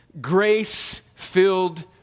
grace-filled